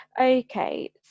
Okay